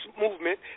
movement